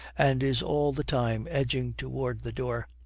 and is all the time edging toward the door.